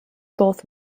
both